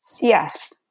Yes